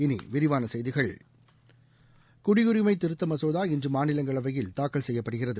இனி விரிவான செய்திகள் குடியுரிமை திருத்த மசோதா இன்று மாநிலங்களவையில் தூக்கல் செய்யப்படுகிறது